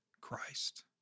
Christ